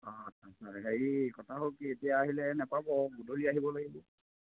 অঁ আচ্ছা আচ্ছা হেৰি কথা হ'ল কি এতিয়া আহিলে নোপাব গধূলি আহিব লাগিব